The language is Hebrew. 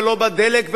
ולא בדלק,